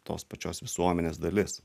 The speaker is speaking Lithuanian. tos pačios visuomenės dalis